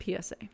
PSA